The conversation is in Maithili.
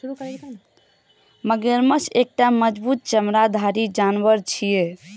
मगरमच्छ एकटा मजबूत चमड़ाधारी जानवर छियै